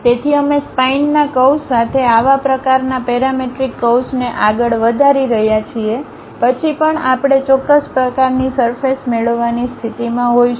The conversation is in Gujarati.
તેથી અમે સ્પાઈનના કર્વ્સ સાથે આવા પ્રકારના પેરામેટ્રિક કર્વ્સને આગળ વધારી રહ્યા છીએ પછી પણ આપણે ચોક્કસ પ્રકારની સરફેસ મેળવવાની સ્થિતિમાં હોઈશું